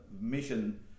mission